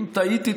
ואם טעיתי,